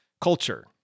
culture